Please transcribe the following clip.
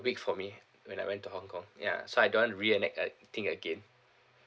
week for me when I went to hong kong ya so I don't want to reenact a thing again